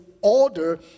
order